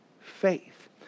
faith